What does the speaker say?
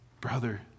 Brother